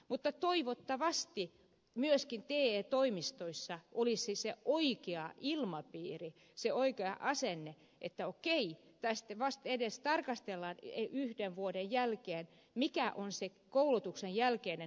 mutta toivottavasti myöskin te toimistoissa olisi se oikea ilmapiiri se oikea asenne että okei vastedes tarkastellaan yhden vuoden jälkeen mikä on se koulutuksen jälkeinen oikea toimenpide